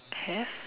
have